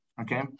okay